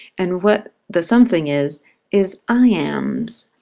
and what the something is is iams.